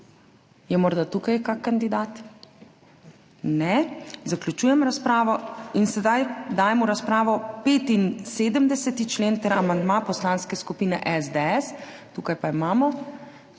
Je morda tukaj kak kandidat? Ne. Zaključujem razpravo. Sedaj dajem v razpravo 75. člen ter amandma Poslanske skupine SDS. Tukaj pa imamo